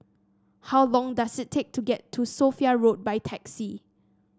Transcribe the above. how long does it take to get to Sophia Road by taxi